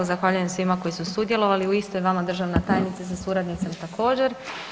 Zahvaljujem svima koji su sudjelovali u istoj, vama državna tajnice sa suradnicom također.